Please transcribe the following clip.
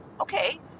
okay